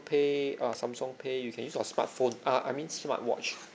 pay uh Samsung pay you can use your smartphone uh I mean smartwatch